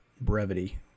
brevity